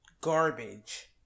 garbage